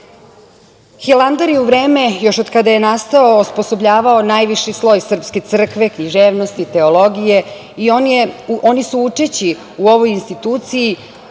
kulture. Hilandar je u vreme još od kada je nastao osposobljavao najviši sloj srpske crkve, književnosti, teologije i oni su učeći u ovoj instituciji